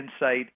insight